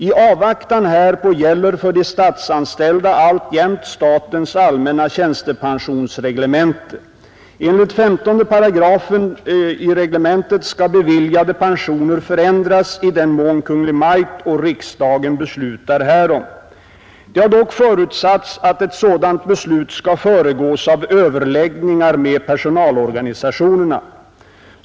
I avvaktan härpå gäller för de statsanställda alltjämt statens allmänna tjänstepensionsreglemente. Enligt 15 § reglementet skall beviljade pensioner förändras i den mån Kungl. Maj:t och riksdagen beslutar härom. Det har dock förutsatts att ett sådant beslut skall föregås av överläggningar med personalorganisationerna.